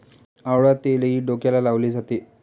आवळा तेलही डोक्याला लावले जाते